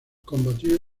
combatió